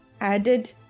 added